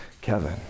Kevin